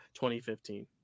2015